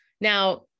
Now